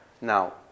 Now